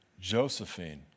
Josephine